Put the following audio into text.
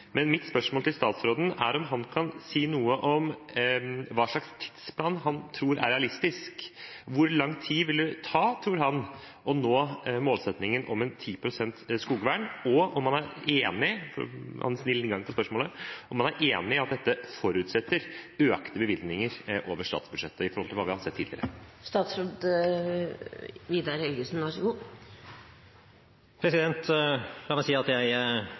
Mitt spørsmål til statsråden er om han kan si noe om hva slags tidsplan han tror er realistisk. Hvor lang tid vil det ta, tror han, å nå målsettingen om vern av 10 pst. av skogen, og er han enig i at dette forutsetter økte bevilgninger over statsbudsjettet i forhold til hva vi har sett tidligere? La meg si at jeg er meget godt fornøyd med det vedtaket som er fattet om skogvern, og jeg